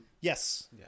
Yes